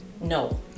No